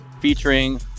featuring